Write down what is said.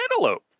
Antelope